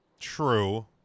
True